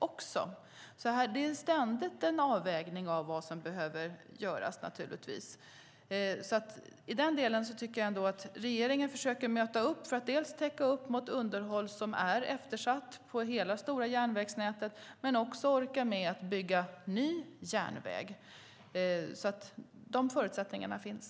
Man måste ständigt göra en avvägning av vad som behöver göras. I den delen tycker jag att regeringen försöker möta upp för att täcka upp behovet av underhåll, som är eftersatt i hela det stora järnvägsnätet, men också orka med att bygga ny järnväg. De förutsättningarna finns.